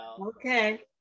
Okay